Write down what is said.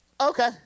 Okay